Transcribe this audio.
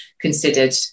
considered